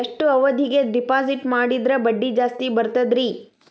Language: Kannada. ಎಷ್ಟು ಅವಧಿಗೆ ಡಿಪಾಜಿಟ್ ಮಾಡಿದ್ರ ಬಡ್ಡಿ ಜಾಸ್ತಿ ಬರ್ತದ್ರಿ?